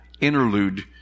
interlude